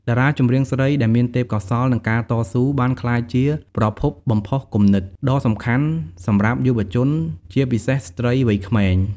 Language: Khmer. តារាចម្រៀងស្រីដែលមានទេពកោសល្យ និងការតស៊ូ បានក្លាយជា ប្រភពបំផុសគំនិត ដ៏សំខាន់សម្រាប់យុវជន ជាពិសេសស្ត្រីវ័យក្មេង។